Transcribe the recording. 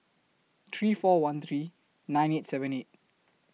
three four one three nine eight seven eight